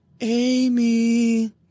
Amy